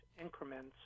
increments